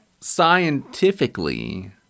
scientifically